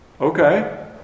Okay